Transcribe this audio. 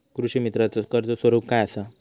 कृषीमित्राच कर्ज स्वरूप काय असा?